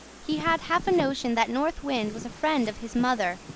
he had half a notion that north wind was a friend of his mother,